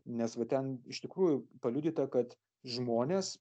nes ten iš tikrųjų paliudyta kad žmonės